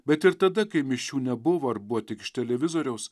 bet ir tada kai mišių nebuvo ar buvo tik iš televizoriaus